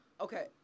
Okay